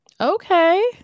Okay